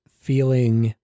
feeling